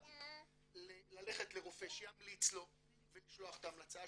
היא ללכת לרופא שימליץ לו ולשלוח את ההמלצה,